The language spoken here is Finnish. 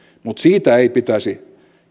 mutta siitä ei pitäisi